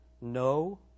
No